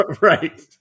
Right